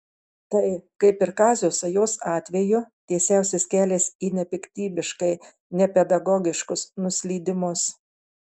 tai kaip ir kazio sajos atveju tiesiausias kelias į nepiktybiškai nepedagogiškus nuslydimus